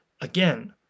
Again